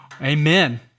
Amen